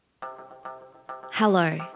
Hello